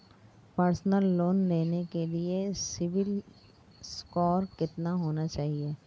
Personal loan लेने के लिए सिबिल स्कोर कितना होना चाहिए?